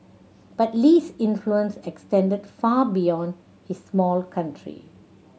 but Lee's influence extended far beyond his small country